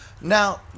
now